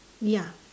ya